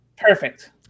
Perfect